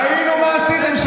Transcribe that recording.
ראינו מה עשיתם,